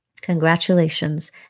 Congratulations